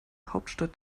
hauptstadt